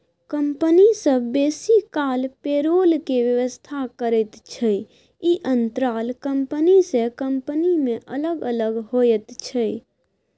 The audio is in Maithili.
कंपनी सब बेसी काल पेरोल के व्यवस्था करैत छै, ई अंतराल कंपनी से कंपनी में अलग अलग होइत छै